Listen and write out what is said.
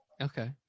Okay